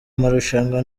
marushanwa